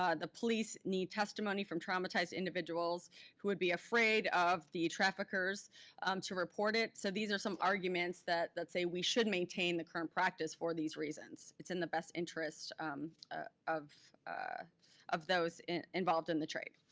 ah the police need testimony from traumatized individuals who would be afraid of the traffickers to report it. so these are some arguments that that say we should maintain the current practice for these reasons. it's in the best interest um of ah of those involved in the trade.